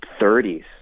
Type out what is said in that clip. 30s